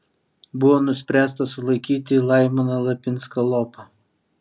buvo nuspręsta sulaikyti laimoną lapinską lopą